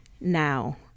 now